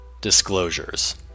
Disclosures